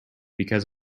because